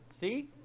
See